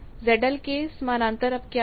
ZL के समानांतर अब क्या है